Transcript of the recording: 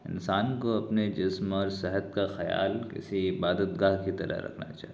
انسان کو اپنے جسم اور صحت کا خیال کسی عبادت گاہ کی طرح رکھنا چاہیے